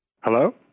Hello